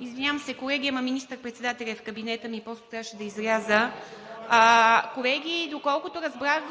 Извинявам се, колеги, но министър-председателят е в кабинета ми и трябваше да изляза. Колеги, доколкото разбрах,